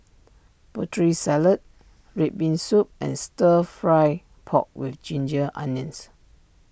Putri Salad Red Bean Soup and Stir Fried Pork with Ginger Onions